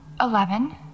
Eleven